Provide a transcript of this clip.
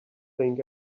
think